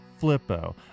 Flippo